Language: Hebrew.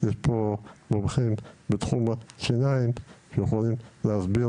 יש פה מומחים בתחום השיניים שיכולים להסביר